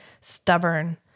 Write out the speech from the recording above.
stubborn